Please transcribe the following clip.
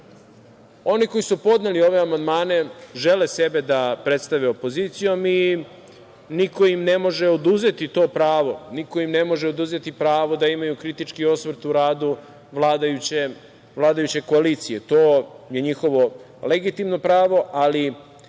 oni koji su podneli ove amandmane, žele sebe da predstave opozicijom i niko im ne može oduzeti to pravo, niko im ne može oduzeti pravo da imaju kritički osvrt u radu vladajuće koalicije. To je njihovo legitimno pravo, ali